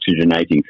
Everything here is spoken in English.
oxygenating